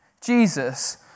Jesus